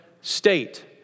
state